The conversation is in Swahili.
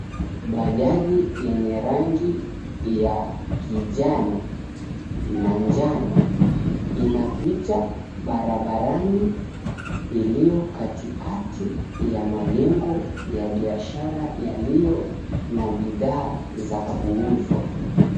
Bajaji yenye rangi ya kijani na njano inapita barabarani iliyo katikati ya majengo ya biashara yaliyo na bidhaa za kuuzwa.